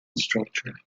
structure